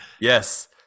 Yes